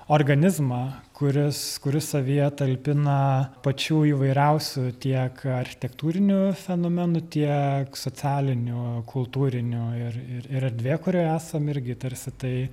organizmą kuris kuris savyje talpina pačių įvairiausių tiek architektūrinių fenomenų tiek socialinių kultūrinių ir ir erdvė kurioje esam irgi tarsi tai